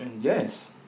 Yes